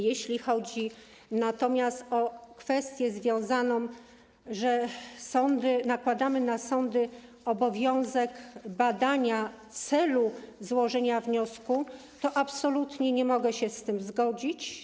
Jeśli natomiast chodzi o kwestię związaną z tym, że nakładamy na sądy obowiązek badania celu złożenia wniosku, to absolutnie nie mogę się z tym zgodzić.